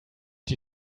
die